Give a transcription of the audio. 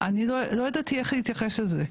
אני לא ידעתי איך להתייחס לזה.